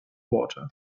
water